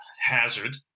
hazard